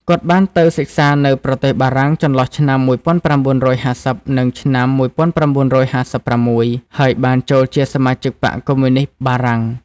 គាត់ បានទៅសិក្សានៅប្រទេសបារាំងចន្លោះឆ្នាំ១៩៥០ និងឆ្នាំ១៩៥៦ ហើយបានចូលជាសមាជិកបក្សកុម្មុយនីស្តបារាំង។